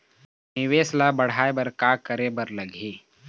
निवेश ला बड़हाए बर का करे बर लगही?